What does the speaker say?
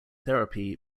therapy